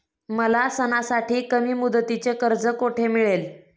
मला सणासाठी कमी मुदतीचे कर्ज कोठे मिळेल?